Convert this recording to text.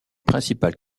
principales